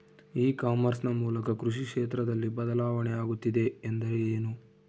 E commerce ನ ಮೂಲಕ ಕೃಷಿ ಕ್ಷೇತ್ರದಲ್ಲಿ ಬದಲಾವಣೆ ಆಗುತ್ತಿದೆ ಎಂದರೆ ಏನು?